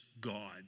God